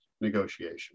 negotiation